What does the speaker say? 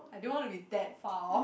I don't want to be that far off